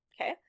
Okay